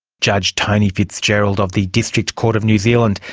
judge tony fitzgerald of the district court of new zealand,